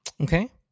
Okay